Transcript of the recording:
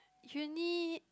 uni